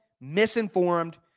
misinformed